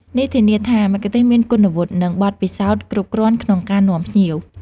នេះធានាថាមគ្គុទ្ទេសក៍មានគុណវុឌ្ឍិ និងបទពិសោធន៍គ្រប់គ្រាន់ក្នុងការនាំភ្ញៀវ។